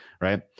Right